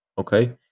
okay